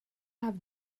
have